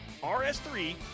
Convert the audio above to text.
rs3